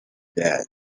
death